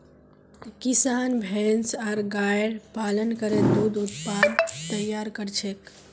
किसान भैंस आर गायर पालन करे दूध उत्पाद तैयार कर छेक